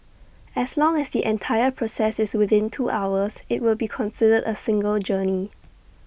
as long as the entire process is within two hours IT will be considered A single journey